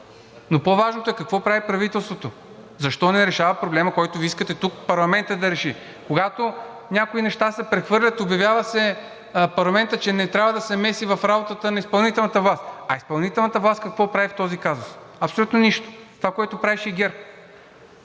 Но по-важното е какво прави правителството. Защо не решава проблема, който Вие искате тук парламентът да реши? Когато някои неща се прехвърлят, обявява се, че парламентът не трябва да се меси в работата на изпълнителната власт, а изпълнителната власт какво прави в този казус? Абсолютно нищо – това, което правеше